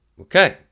Okay